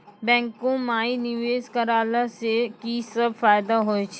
बैंको माई निवेश कराला से की सब फ़ायदा हो छै?